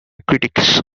critics